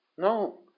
No